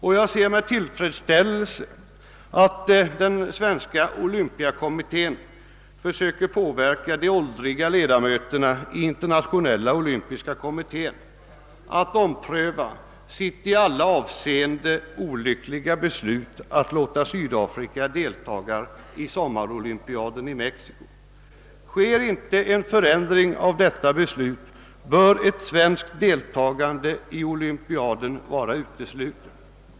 Och jag ser med tillfredsställelse att den svenska olympiska kommittén försöker påverka de åldriga l1edamöterna i internationella olympiska kommittén att ompröva sitt i alla avseenden olyckliga beslut att låta Sydafrika deltaga i sommarolympiaden i Mexiko. Ändras inte det beslutet, bör ett svenskt deltagande i sommarolympiaden vara uteslutet.